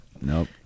Nope